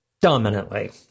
dominantly